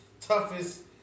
toughest